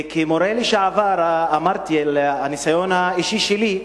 וכמורה לשעבר דיברתי על הניסיון האישי שלי,